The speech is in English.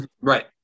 Right